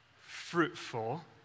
fruitful